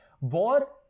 War